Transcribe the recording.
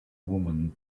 woman